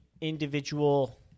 individual